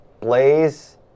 Blaze